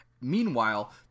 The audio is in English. Meanwhile